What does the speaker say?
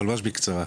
ממש בקצרה.